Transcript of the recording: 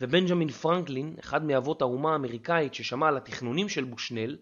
ובנג'מין פרנקלין, אחד מאבות האומה האמריקאית ששמע על התיכנונים של בושנל